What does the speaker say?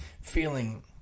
feeling